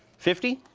fifty